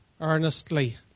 earnestly